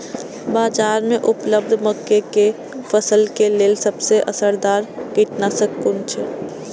बाज़ार में उपलब्ध मके के फसल के लेल सबसे असरदार कीटनाशक कुन छै?